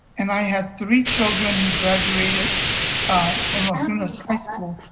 and i have three children who graduated from los lunas high school.